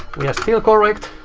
we are still correct.